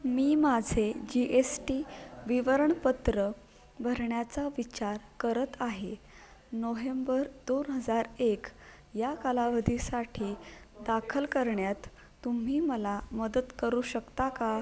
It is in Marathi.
मी माझे जी एस टी विवरणपत्र भरण्याचा विचार करत आहे नोहेंबर दोन हजार एक या कालावधीसाठी दाखल करण्यात तुम्ही मला मदत करू शकता का